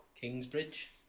Kingsbridge